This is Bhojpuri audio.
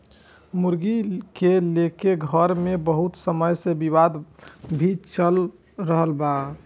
मुर्गी के लेके घर मे बहुत समय से विवाद भी चल रहल बा